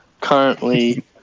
currently